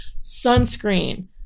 sunscreen